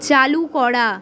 চালু করা